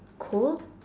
cold